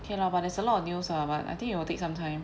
okay lah but there's a lot of news ah but I think it will take some time